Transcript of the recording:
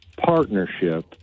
partnership